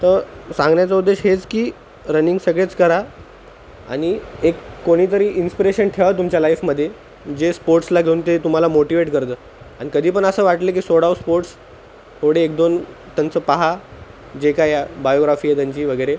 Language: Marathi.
तर सांगण्याचं उद्देश हेच की रनिंग सगळेच करा आणि एक कोणीतरी इन्स्पिरेशन ठेवा तुमच्या लाईफमध्ये जे स्पोर्ट्सला घेऊन ते तुम्हाला मोटिवेट करतं आणि कधीपण असं वाटलं की सोडावं स्पोर्ट्स थोडे एकदोन त्यांचं पाहा जे काही अं बायोग्राफी आहे त्यांची वगैरे